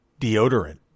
deodorant